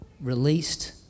Released